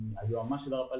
היועץ המשפטי של הרלב"ד,